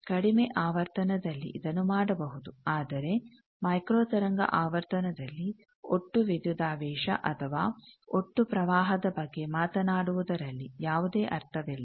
ಕಡಿಮೆ ಆವರ್ತನದಲ್ಲಿ ಇದನ್ನು ಮಾಡಬಹುದು ಆದರೆ ಮೈಕ್ರೋ ತರಂಗ ಆವರ್ತನದಲ್ಲಿ ಒಟ್ಟು ವಿದ್ಯುದಾವೇಶ ಅಥವಾ ಒಟ್ಟು ಪ್ರವಾಹದ ಬಗ್ಗೆ ಮಾತನಾಡುವುದರಲ್ಲಿ ಯಾವುದೇ ಅರ್ಥವಿಲ್ಲ